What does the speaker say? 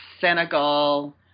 Senegal